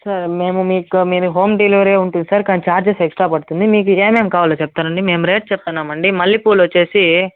సా మేము మీకు మీది హోమ్ డెలివరీ ఉంటుంది సార్ కానీ చార్జెస్ ఎక్స్ట్రా పడుతుంది మీకు ఏమేం కావాలొ చెప్తారండి మేము రేట్ చెప్తున్నామండి మల్లెపూలొచ్చేసి